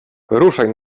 ruszaj